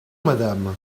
madame